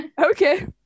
Okay